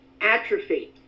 atrophy